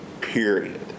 Period